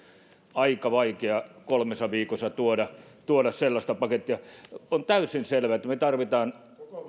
aika vaikea on kolmessa viikossa tuoda tuoda sellaista pakettia on täysin selvä että me tarvitsemme